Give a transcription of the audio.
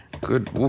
Good